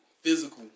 physical